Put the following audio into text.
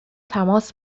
تماس